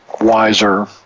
wiser